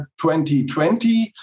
2020